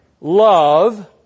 love